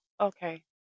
Okay